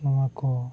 ᱱᱚᱣᱟ ᱠᱚ